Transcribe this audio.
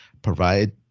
provide